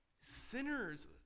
sinners